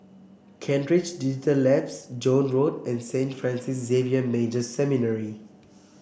Kent Ridge Digital Labs Joan Road and Saint Francis Xavier Major Seminary